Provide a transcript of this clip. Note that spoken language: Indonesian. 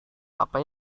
apa